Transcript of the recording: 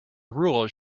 rules